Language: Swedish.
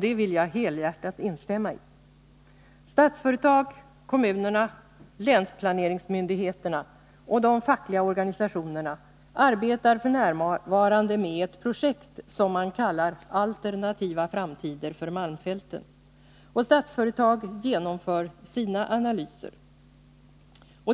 Det vill jag helhjärtat instämma i. Statsföretag, kommunerna, länsplaneringsmyndigheterna och de fackliga organisationerna arbetar f. n. med ett projekt som man kallar Alternativa framtider för malmfälten, och Statsföretag genomför sina analyser.